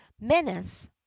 menace